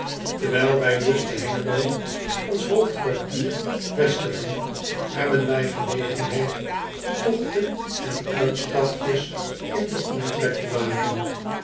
erwijl wij dus te engelo ons hoofdkwartier vestigen hebben wij gelegenheid togten en uitstapjes in den omtrek te maken